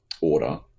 Order